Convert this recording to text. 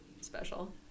special